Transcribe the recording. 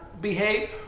behave